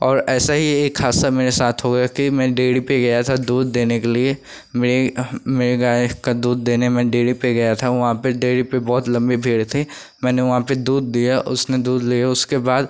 और ऐसा ही एक हादसा मेरे साथ हुआ कि मैं डेरी पर गया था दूध देने के लिए मेरी मेरी गाय का दूध देने मैं डेरी पर गया था वहाँ पर डेरी पर बहुत लम्बी भीड़ थी मैंने वहाँ पर दूध दिया उसने दूध लिया उसके बाद